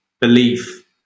belief